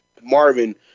Marvin